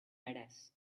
badass